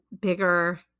bigger